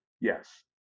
Yes